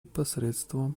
посредством